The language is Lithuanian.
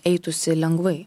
eitųsi lengvai